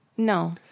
No